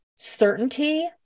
certainty